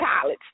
College